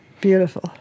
beautiful